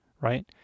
right